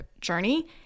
journey